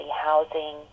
housing